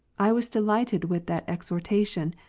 i was delighted with that exhortation,